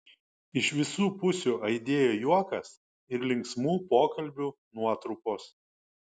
iš visu pusių aidėjo juokas ir linksmų pokalbių nuotrupos